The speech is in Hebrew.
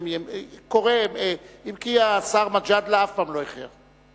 קורה, אם כי השר מג'אדלה אף פעם לא איחר.